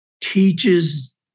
teaches